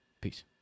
Peace